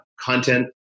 content